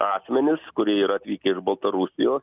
asmenys kurie yra atvykę iš baltarusijos